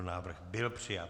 Návrh byl přijat.